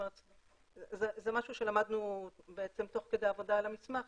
זה משהו שלמדנו תוך כדי עבודה על המסמך.